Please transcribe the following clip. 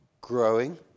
growing